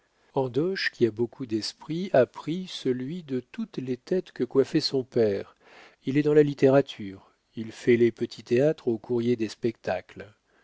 chapellerie andoche qui a beaucoup d'esprit il a pris celui de toutes les têtes que coiffait son père il est dans la littérature il fait les petits théâtres au courrier des spectacles